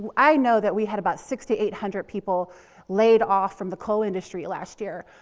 ah i know that we had about six to eight hundred people laid off from the coal industry last year.